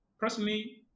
Personally